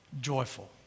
joyful